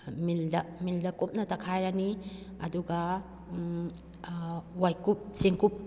ꯃꯤꯜꯗ ꯃꯤꯜꯗ ꯀꯨꯞꯅ ꯇꯛꯈꯥꯏꯔꯅꯤ ꯑꯗꯨꯒ ꯋꯥꯏꯀꯨꯞ ꯆꯦꯡꯀꯨꯞ